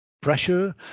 pressure